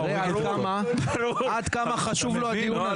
תראה עד כמה חשוב לו הדיון הזה,